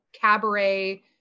cabaret